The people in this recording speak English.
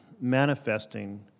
manifesting